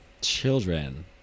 Children